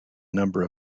number